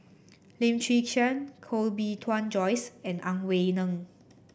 Lim Chwee Chian Koh Bee Tuan Joyce and Ang Wei Neng